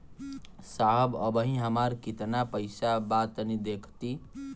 साहब अबहीं हमार कितना पइसा बा तनि देखति?